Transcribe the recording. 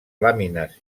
làmines